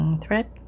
thread